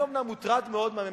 זה המחיר,